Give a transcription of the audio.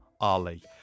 Ali